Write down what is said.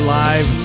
live